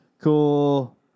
Cool